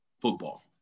football